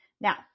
Now